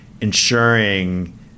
ensuring